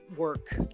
work